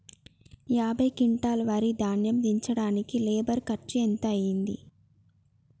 యాభై క్వింటాల్ వరి ధాన్యము దించడానికి లేబర్ ఖర్చు ఎంత అయితది?